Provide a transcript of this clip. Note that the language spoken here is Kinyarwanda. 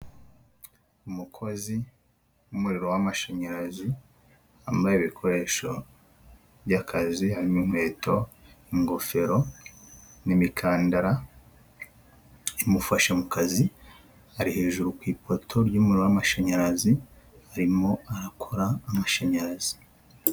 Umukozi w'umuriro w'amashanyarazi wambaye ibikoresho by'akazi harimo inkweto ingofero n'imikandara, imufashe mu kazizi, ari hejuru ku ifoto ry'umuriro w'amashanyarazi, arimo arakora amashanyarazi.